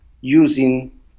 using